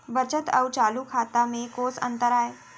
बचत अऊ चालू खाता में कोस अंतर आय?